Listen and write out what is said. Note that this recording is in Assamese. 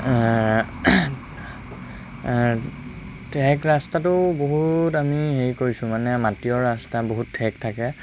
ঠেক ৰাস্তাটো বহুত আমি হেৰি কৰিছোঁ মানে মাটিৰ ৰাস্তা বহুত ঠেক থাকে